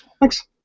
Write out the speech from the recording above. thanks